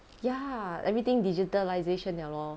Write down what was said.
ya everything digitalisation liao lor